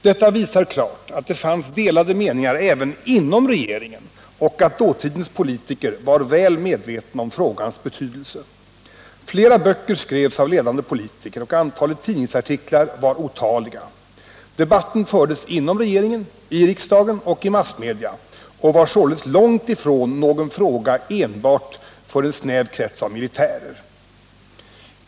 Detta visar klart att det fanns delade meningar även inom regeringen och att dåtidens politiker var väl medvetna om frågans betydelse. Flera böcker skrevs av ledande politiker, och tidningsartiklarna var otaliga. Debatten fördes inom regeringen, i riksdagen och i massmedia och var således långt ifrån någon fråga för enbart en snäv krets av militärer.